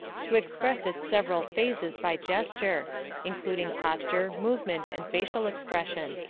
to express its several phases by gesture including posture, movement, and facial expression.